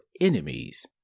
enemies